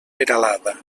peralada